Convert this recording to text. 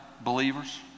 believers